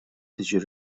tiġi